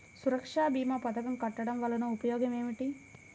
సురక్ష భీమా పథకం కట్టడం వలన ఉపయోగం ఏమిటి?